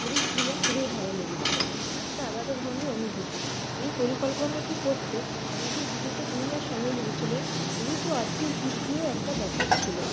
পুরীর ভ্রমণ খুবই ভালো লেগেছিলো একটা আলাদা ধরনের অনুভূতি এই পরিকল্পনাটি করতে আমাদের বিগত দুই মাস সময় লেগেছিলো যেহেতু আর্থিক দিক দিয়েও একটা ব্যাপার ছিল